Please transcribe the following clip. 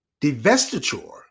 divestiture